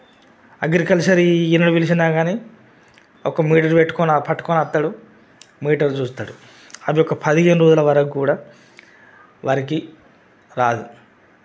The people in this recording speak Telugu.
అగ్రికల్చర్ ఈ ఈయన పిలిచిన గానీ ఒక మీటర్ పెట్టుకొని పట్టుకొని వస్తాడు మీటర్ చూస్తాడు అది ఒక పదిహేను రోజుల వరకు కూడా వారికి రాదు